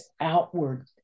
outward